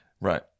Right